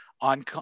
on